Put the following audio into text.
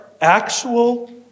actual